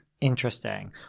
Interesting